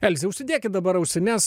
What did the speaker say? elze užsidėkit dabar ausines